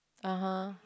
(uh huh)